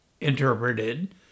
interpreted